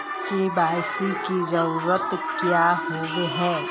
KYC की जरूरत क्याँ होय है?